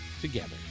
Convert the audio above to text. together